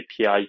API